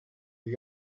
you